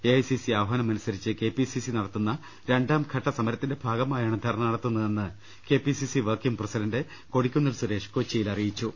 A I C C ആഹ്വാനമനുസരിച്ച് K P C C നടത്തുന്ന രണ്ടാം ഘട്ട സമരത്തിന്റെ ഭാഗമായാണ് ധർണ നടത്തുന്നതെന്ന് K P C C working president Kodikunnil Suresh M P കൊച്ചിയിൽ അറിയിച്ചു